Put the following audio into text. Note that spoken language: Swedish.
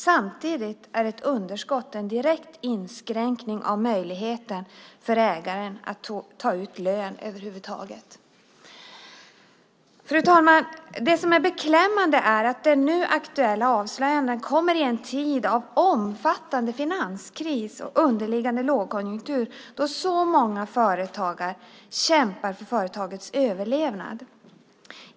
Samtidigt är ett underskott en direkt nedräkning av möjligheten för ägaren att ta ut lön över huvud taget. Fru talman! Det som är beklämmande är att de nu aktuella avslöjandena kommer i en tid av omfattande finanskris och underliggande lågkonjunktur då många företagare kämpar för företagets överlevnad.